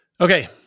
Okay